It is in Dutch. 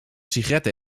sigaretten